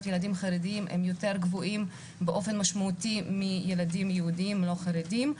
ילדים חרדים הם יותר גבוהים באופן משמעותי מילדים יהודים לא חרדים.